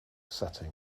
setting